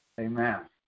amen